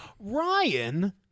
Ryan